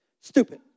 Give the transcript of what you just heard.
Stupid